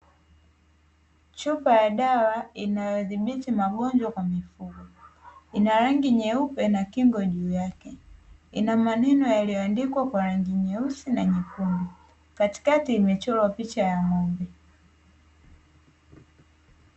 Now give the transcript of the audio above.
Chupa ya dawa inayodhibiti magonjwa kwa mifugo ina rangi nyeupe na kingo juu yake ina maneno yaliyoandikwa kwa rangi nyeusi na nyekundu katikati imechorwa picha ya ng`ombe.